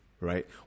right